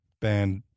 band